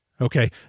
Okay